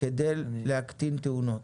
כדי להקטין תאונות.